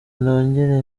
nongere